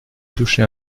touché